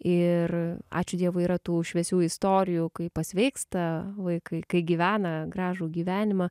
ir ačiū dievui yra tų šviesių istorijų kai pasveiksta vaikai kai gyvena gražų gyvenimą